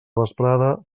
vesprada